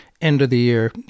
end-of-the-year